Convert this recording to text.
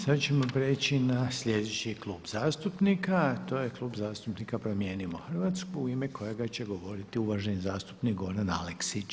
Sada ćemo prijeći na sljedeći Klub zastupnika a to je Klub zastupnika Promijenimo Hrvatsku u ime kojega će govoriti uvaženi zastupnik Goran Aleksić.